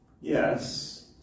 yes